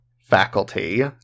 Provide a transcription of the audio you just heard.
faculty